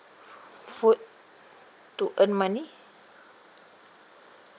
food to earn money